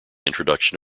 introduction